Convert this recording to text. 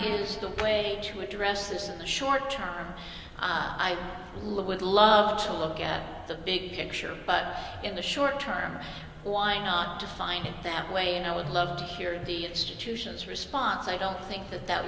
is the way to address this in the short term i look would love to look at the big picture but in the short term why not just find it that way and i would love to hear the institutions response i don't think that that